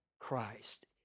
Christ